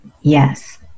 Yes